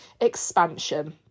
Expansion